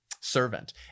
servant